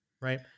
Right